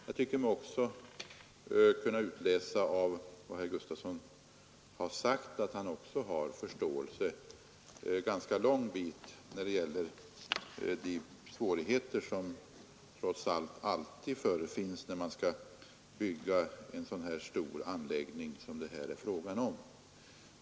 Jag tycker mig också kunna utläsa av vad herr Gustafson har sagt att han har ganska stor förståelse för de svårigheter som trots allt finns när man skall bygga en så stor anläggning som den det här är fråga om.